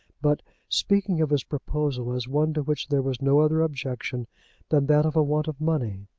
but speaking of his proposal as one to which there was no other objection than that of a want of money.